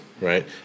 Right